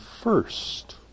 first